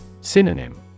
Synonym